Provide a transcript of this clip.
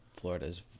Florida's